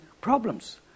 problems